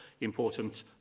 important